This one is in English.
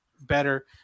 better